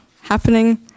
happening